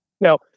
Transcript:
Now